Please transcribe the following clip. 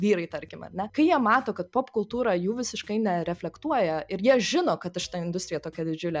vyrai tarkim ar ne kai jie mato kad popkultūra jų visiškai nereflektuoja ir jie žino kad šita industrija tokia didžiulė